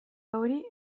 hori